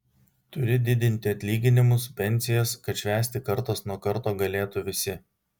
turi didinti atlyginimus pensijas kad švęsti kartas nuo karto galėtų visi